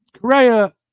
Correa